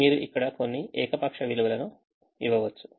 మీరు ఇక్కడ కొన్ని ఏకపక్ష విలువలను ఇవ్వవచ్చు